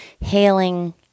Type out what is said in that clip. hailing